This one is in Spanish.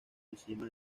encima